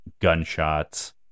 gunshots